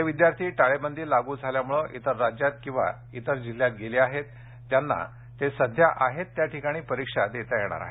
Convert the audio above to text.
जे विद्यार्थी टाळेबंदी लागू झाल्यामुळे इतर राज्यात किंवा इतर जिल्ह्यात गेले आहेत त्यांना ते सध्या आहेत त्या ठिकाणी परीक्षा देता येणार आहे